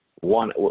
one